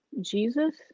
Jesus